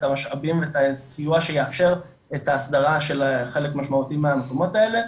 המשאבים ואת הסיוע שיאפשר את ההסדרה של חלק משמעותי מהמקומות האלה,